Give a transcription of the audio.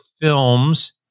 films